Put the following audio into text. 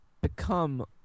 become